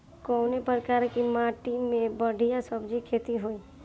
कवने प्रकार की माटी में बढ़िया सब्जी खेती हुई?